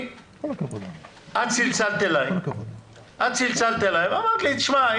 את צלצלת אלי ואמרתי לי: תשמע,